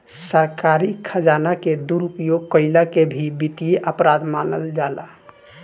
सरकारी खजाना के दुरुपयोग कईला के भी वित्तीय अपराध मानल जाला